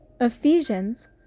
Ephesians